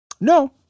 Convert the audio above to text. No